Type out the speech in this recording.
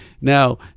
Now